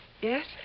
Yes